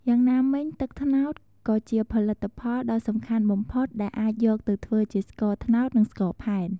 យ៉ាងណាមិញ ទឹកត្នោតក៏ជាផលិតផលដ៏សំខាន់បំផុតដែលអាចយកទៅធ្វើជាស្ករត្នោត និងស្ករផែន។